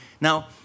Now